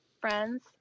Friends